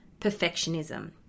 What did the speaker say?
perfectionism